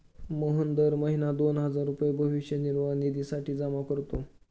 मोहन दर महीना दोन हजार रुपये भविष्य निर्वाह निधीसाठी जमा करतो